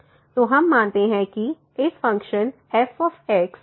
तो हम मानते हैं कि इस फ़ंक्शन f के एक से अधिक रियल रूट हैं